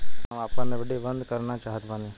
हम आपन एफ.डी बंद करना चाहत बानी